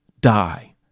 die